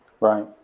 Right